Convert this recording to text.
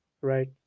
right